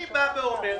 אני אומר,